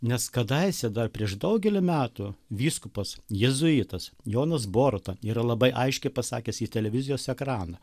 nes kadaise dar prieš daugelį metų vyskupas jėzuitas jonas boruta yra labai aiškiai pasakęs į televizijos ekraną